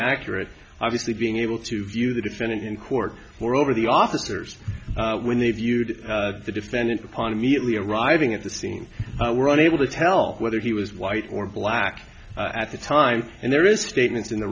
accurate obviously being able to view the defendant in court for over the officers when they viewed the defendant upon immediately arriving at the scene were unable to tell whether he was white or black at the time and there is statements in the